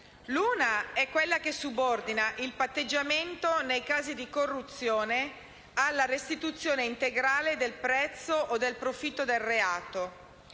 prima è quella che subordina il patteggiamento nei casi di corruzione alla restituzione integrale del prezzo o del profitto del reato.